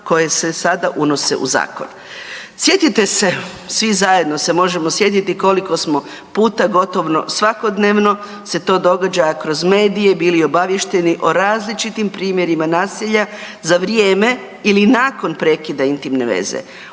koje se sada unose u zakon. Sjetite se, svi zajedno se možemo sjetiti koliko smo puta gotovo svakodnevno se to događa kroz medije bili obaviješteni o različitim primjerima nasilja za vrijeme ili nakon prekida intimne veze.